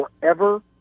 forever